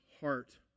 heart